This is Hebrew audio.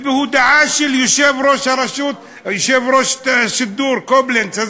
ובהודעה של יושב-ראש רשות השידור הזמני קובלנץ,